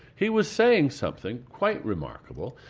he was saying something quite remarkable.